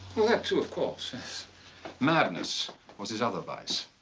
that too of course. yes madness was his other vice.